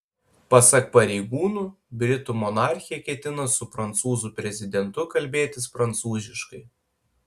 pasak pareigūnų britų monarchė ketina su prancūzų prezidentu kalbėtis prancūziškai